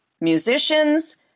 musicians